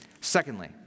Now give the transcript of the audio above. Secondly